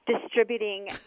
distributing